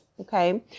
Okay